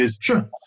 sure